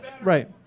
Right